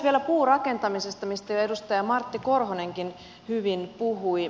vielä puurakentamisesta mistä edustaja martti korhonenkin hyvin puhui